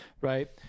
right